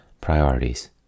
priorities